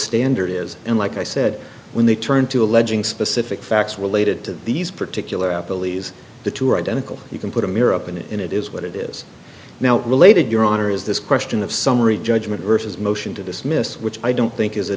standard is and like i said when they turn to alleging specific facts related to these particular app billie's the two are identical you can put a mirror up in it and it is what it is now related your honor is this question of summary judgment versus motion to dismiss which i don't think is a